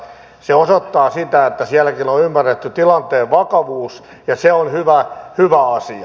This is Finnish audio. se osoittaa sitä että sielläkin on ymmärretty tilanteen vakavuus ja se on hyvä asia